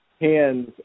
Hands